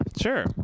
Sure